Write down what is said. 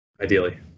ideally